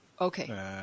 Okay